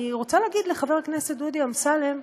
אני רוצה להגיד לחבר הכנסת דודי אמסלם: